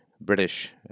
British